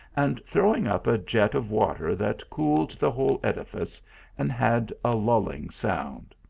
and throwing up a jet of water that cooled the whole edifice and had a lulling sound.